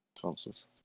consoles